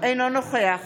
אינו נוכח